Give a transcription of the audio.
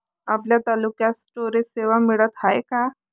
आपल्या तालुक्यात स्टोरेज सेवा मिळत हाये का?